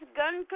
gun